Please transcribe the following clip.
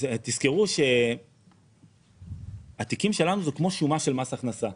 התיקים שלנו זה כמו שומה של מס הכנסה.